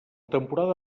temporada